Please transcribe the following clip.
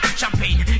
champagne